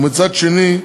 ומצד שני,